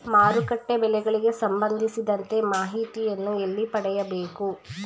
ಮಾರುಕಟ್ಟೆ ಬೆಲೆಗಳಿಗೆ ಸಂಬಂಧಿಸಿದಂತೆ ಮಾಹಿತಿಯನ್ನು ಎಲ್ಲಿ ಪಡೆಯಬೇಕು?